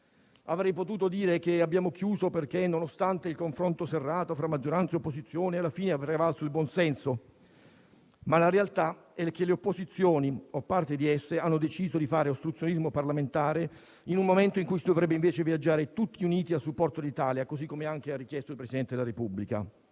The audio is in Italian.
Avrei potuto dire che abbiamo chiuso perché, nonostante il confronto serrato fra maggioranza e opposizione, alla fine ha prevalso il buonsenso. Ma la realtà è che le opposizioni - o parte di esse - hanno deciso di fare ostruzionismo parlamentare in un momento in cui si dovrebbe invece viaggiare tutti uniti a supporto dell'Italia, così come ha richiesto anche il Presidente della Repubblica.